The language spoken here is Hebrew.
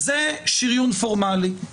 זה שריון פורמלי.